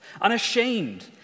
Unashamed